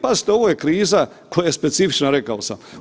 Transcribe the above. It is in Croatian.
Pazite, ovo je kriza koja je specifična, rekao sam.